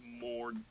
more –